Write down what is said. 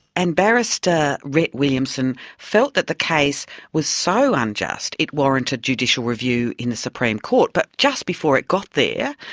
and barrister rhett williamson felt that the case was so unjust it warranted judicial review in the supreme court. but just before it got there,